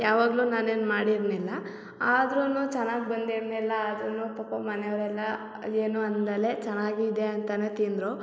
ಯಾವಾಗಲೂ ನಾನೇನೂ ಮಾಡಿರ್ಲಿಲ್ಲ ಆದ್ರೂ ಚೆನ್ನಾಗಿ ಬಂದಿರ್ಲಿಲ್ಲ ಆದ್ರೂ ಪಾಪ ಮನೆಯವರೆಲ್ಲ ಅದು ಏನೂ ಅನ್ನದಲೇ ಚೆನ್ನಾಗಿದೆ ಅಂತಲೇ ತಿಂದರು